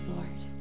Lord